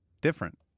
different